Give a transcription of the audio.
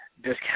discount